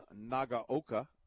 Nagaoka